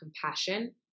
compassion